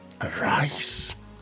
arise